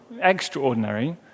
extraordinary